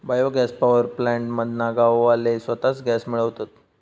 bio gas power plant मधना गाववाले स्वताच गॅस मिळवतत